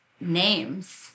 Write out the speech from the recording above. names